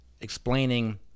explaining